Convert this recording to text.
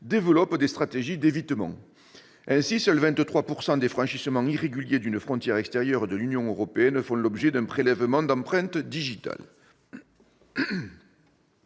développent des stratégies d'évitement. Ainsi, seuls 23 % des franchissements irréguliers d'une frontière extérieure de l'Union européenne font l'objet d'un prélèvement d'empreintes digitales.